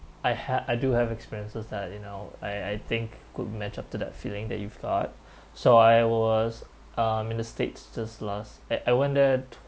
I ha~ I do have experiences that you know I I think could match up to that feeling that you've got so I was um in the states just last I I went there